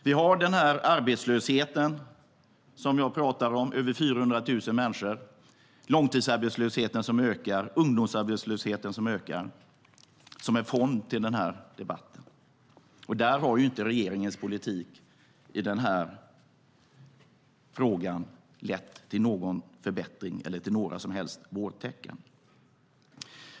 Vi har den här arbetslösheten som jag pratar om - över 400 000 människor, långtidsarbetslösheten som ökar, ungdomsarbetslösheten som ökar - som en fond till den här debatten. Där har inte regeringens politik lett till någon förbättring eller till några som helst vårtecken.